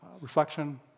Reflection